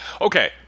Okay